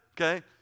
Okay